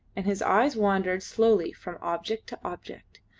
and his eyes wandered slowly from object to object.